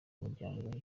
umuryango